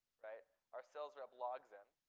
our sales rep logs in,